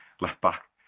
left-back